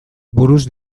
buruz